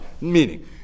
Meaning